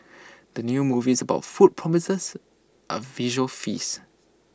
the new movies about food promises A visual feast